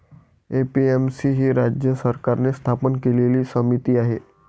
APMC ही राज्य सरकारने स्थापन केलेली समिती आहे